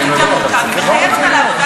זה.